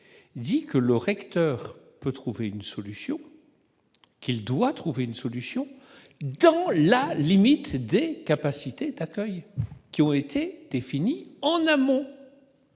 dit que le recteur peut trouver une solution qui doit trouver une solution quand la limite CD, capacité d'accueil qui ont été définies en amont,